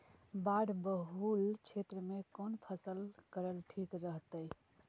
बाढ़ बहुल क्षेत्र में कौन फसल करल ठीक रहतइ?